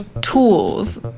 tools